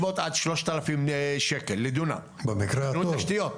עד שלושת אלפים שקל לדונם עבר תשתיות.